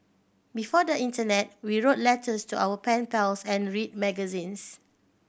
before the internet we wrote letters to our pen pals and read magazines